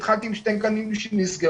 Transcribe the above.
התחלתי עם שני גנים שנסגרו.